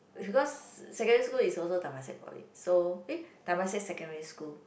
because secondary school is also Temasek Poly so eh Temasek secondary school